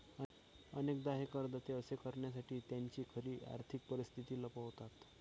अनेकदा हे करदाते असे करण्यासाठी त्यांची खरी आर्थिक परिस्थिती लपवतात